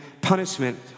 punishment